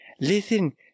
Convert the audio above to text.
Listen